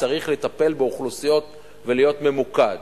צריך לטפל באוכלוסיות ולהיות ממוקד.